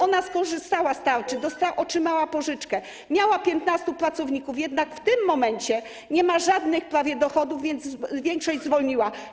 Ona skorzystała z tarczy, otrzymała pożyczkę, miała 15 pracowników, jednak w tym momencie nie ma prawie żadnych dochodów, więc większość zwolniła.